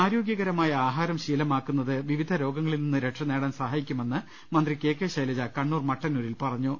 ആരോഗൃകരമായ ആഹാരം ശീലമാക്കുന്നത് വിവിധ രോഗങ്ങളിൽ നിന്ന് രക്ഷ നേടാൻ സാഹായിക്കുമെന്ന് മന്ത്രി കെ കെ ശൈലജ കണ്ണൂർ മട്ടന്നൂരിൽ പറഞ്ഞു